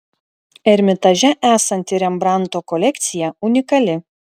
ermitaže esanti rembrandto kolekcija unikali